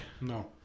No